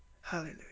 Hallelujah